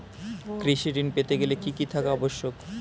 কৃষি ঋণ পেতে গেলে কি কি থাকা আবশ্যক?